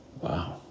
Wow